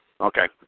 Okay